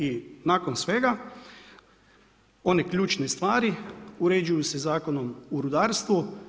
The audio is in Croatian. I nakon svega one ključne stvari uređuju se Zakonom o rudarstvu.